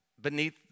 beneath